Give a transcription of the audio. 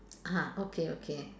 ah okay okay